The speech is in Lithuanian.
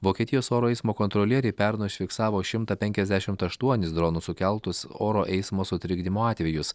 vokietijos oro eismo kontrolieriai pernai užfiksavo šimtą penkiasdešimt aštuonis dronų sukeltus oro eismo sutrikdymo atvejus